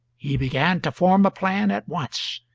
he began to form a plan at once,